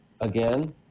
again